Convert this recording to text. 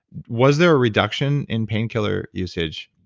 was there a reduction in pain killer usage?